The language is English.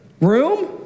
room